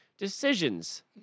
Decisions